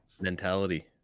Mentality